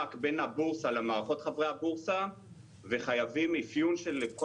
הבורסה למערכות חברי הבורסה וחייבים אפיון של כל